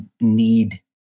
need